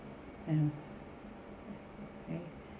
and uh eh